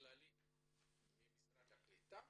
כללי ממשרד הקליטה